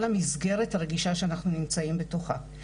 המסגרת הרגישה שאנחנו נמצאים בתוכה.